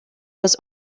was